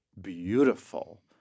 beautiful